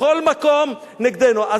בכל מקום נגדנו.